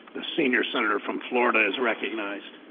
the senior senator from florida is recognized.